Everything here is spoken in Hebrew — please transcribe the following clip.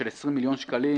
של 20 מיליון שקלים,